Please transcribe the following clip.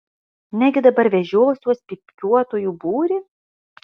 negi dabar vežiosiuos pypkiuotojų būrį